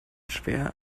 schwer